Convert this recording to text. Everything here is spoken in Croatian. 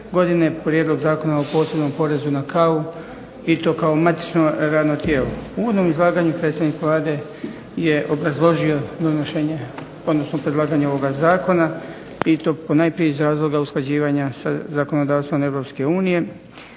godine prijedlog Zakona o posebnom porezu na kavu i to kao matično radno tijelo. U uvodnom izlaganju predsjednik Vlade je obrazložio donošenje, odnosno predlaganje ovoga zakona i to ponajprije iz razloga usklađivanja sa zakonodavstvom EU.